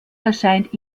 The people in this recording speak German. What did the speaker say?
erscheint